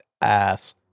ass